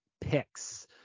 picks